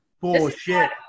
bullshit